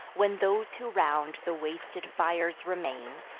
when those who round the wasted fires remain,